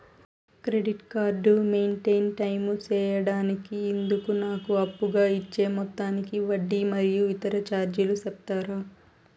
Credit card maintain time సేయడానికి ఇందుకు నాకు అప్పుగా ఇచ్చే మొత్తానికి వడ్డీ మరియు ఇతర చార్జీలు సెప్తారా?